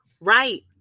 Right